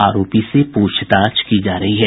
आरोपी से पूछताछ की जा रही है